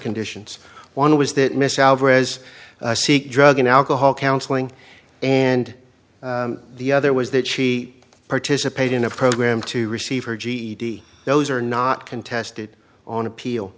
conditions one was that miss alvarez seek drug and alcohol counseling and the other was that she participated in a program to receive her ged those are not contested on appeal